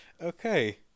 Okay